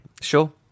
sure